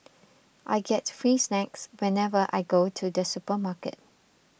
I get free snacks whenever I go to the supermarket